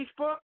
Facebook